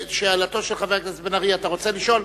שאלתו של חבר הכנסת בן-ארי, אתה רוצה לשאול?